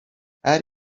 her